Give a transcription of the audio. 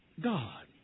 God